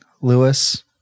Lewis